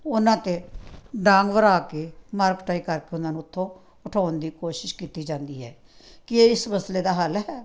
ਉਹਨਾਂ 'ਤੇ ਡਾਂਗ ਵਰ੍ਹਾ ਕੇ ਮਾਰ ਕੁਟਾਈ ਕਰਕੇ ਉਹਨਾਂ ਨੂੰ ਉਥੋਂ ਉਠਾਉਣ ਦੀ ਕੋਸ਼ਿਸ਼ ਕੀਤੀ ਜਾਂਦੀ ਹੈ ਕੀ ਇਹ ਇਸ ਮਸਲੇ ਦਾ ਹੱਲ ਹੈ